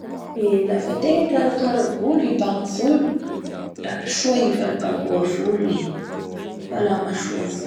Eeee lafa ategna hikarakara volo hibango volo, la soa ivalào-bangoa volo i, salama soa ny volo.